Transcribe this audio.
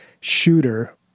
shooter